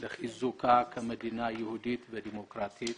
לחיזוקה כמדינה יהודית ודמוקרטית,